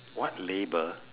what labour